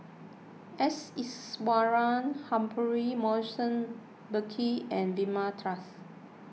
S Iswaran Humphrey Morrison Burkill and Vilma Laus